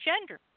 gender